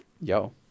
Yo